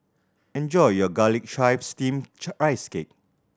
enjoy your Garlic Chives Steamed Rice Cake